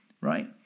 right